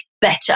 better